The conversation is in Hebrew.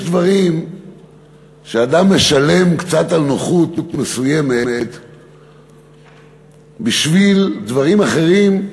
יש דברים שאדם משלם קצת בנוחות מסוימת בשביל דברים אחרים,